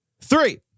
Three